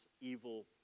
evil